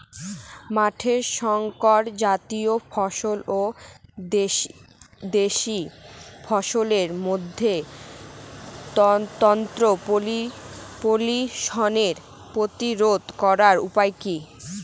মাঠের শংকর জাতীয় ফসল ও দেশি ফসলের মধ্যে ক্রস পলিনেশন প্রতিরোধ করার উপায় কি?